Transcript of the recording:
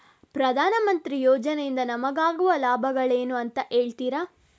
ಪ್ರಧಾನಮಂತ್ರಿ ಯೋಜನೆ ಇಂದ ನಮಗಾಗುವ ಲಾಭಗಳೇನು ಅಂತ ಹೇಳ್ತೀರಾ?